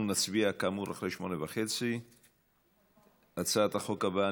נצביע כאמור אחרי 20:30. אנחנו עוברים להצעת החוק הבאה.